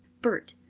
bert,